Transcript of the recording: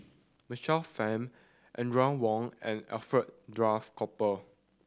Michael Fam Audrey Wong and Alfred Duff Cooper